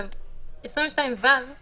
22ו היא